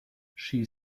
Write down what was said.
she